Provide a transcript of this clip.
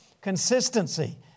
Consistency